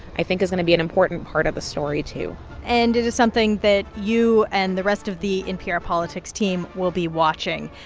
i think, is going to be an important part of the story, too and it is something that you and the rest of the npr politics team will be watching.